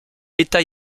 état